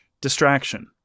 Distraction